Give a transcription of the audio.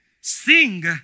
sing